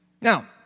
Now